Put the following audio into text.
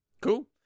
Cool